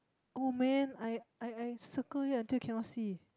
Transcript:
oh man I I I circle it until I cannot see